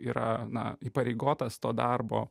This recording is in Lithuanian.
yra na įpareigotas to darbo